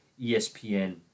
ESPN